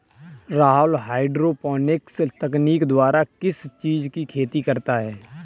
Rahul hydroponics तकनीक द्वारा किस चीज की खेती करता है?